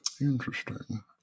Interesting